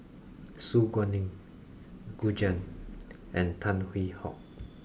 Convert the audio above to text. Su Guaning Gu Juan and Tan Hwee Hock